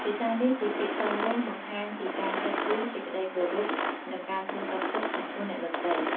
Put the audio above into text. ភាសានេះ ជាពាក្យសមរម្យ បង្ហាញ ពីការគិតគូរ សេចក្ដីគោរព និងការសួរសុខទុក្ខ ចំពោះអ្នកដទៃ។